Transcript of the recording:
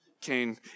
Cain